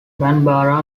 bambara